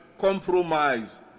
compromise